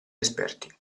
esperti